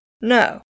No